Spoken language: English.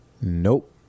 Nope